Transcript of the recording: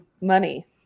money